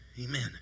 Amen